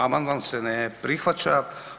Amandman se ne prihvaća.